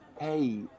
hey